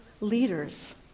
leaders